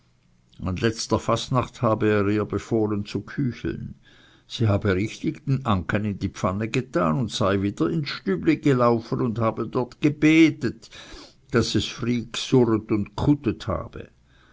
an letzter fastnacht habe er ihr befohlen zu kücheln sie habe richtig den anken in die pfanne getan und sei wieder ins stübli gelaufen und dort gebetet daß es fry gsurret und gchutet heyg